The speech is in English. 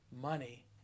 money